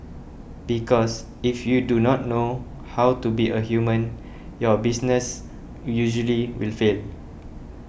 because if you do not know how to be a human your business usually will fail